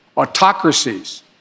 Autocracies